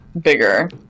bigger